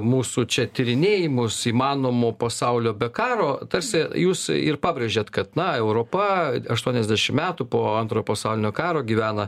mūsų čia tyrinėjimus įmanomo pasaulio be karo tarsi jūs ir pabrėžėt kad na europa aštuoniasdešim metų po antrojo pasaulinio karo gyvena